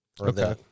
Okay